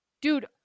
Dude